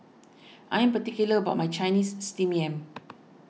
I am particular about my Chinese Steamed Yam